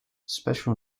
special